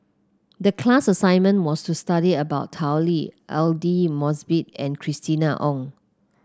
the class assignment was to study about Tao Li Aidli Mosbit and Christina Ong